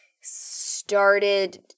started